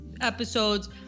episodes